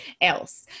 else